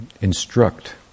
instruct